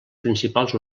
principals